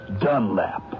Dunlap